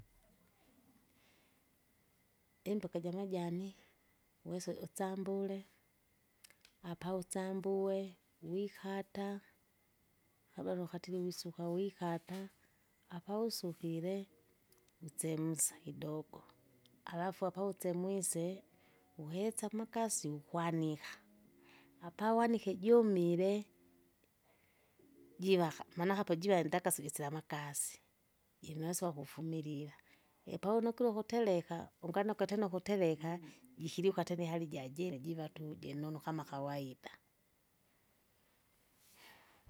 imboka jamajani, uwesa utsambule, apa utsambue, wikata, abanukatile wisuka wikata, apa wisukile utsemsa kidogo halafu apa usemwise uhesa amakasi ukwanika. Apa uwanike jumele, jivaka maana akapo jiva endaka silisila amakasi, jinu uweso wakufumilila, ipa uwinukilo ikutereka, unganukwe tena ukutereka jikiriuka tena ihali jajine jiva tu jinonu kama kawaida.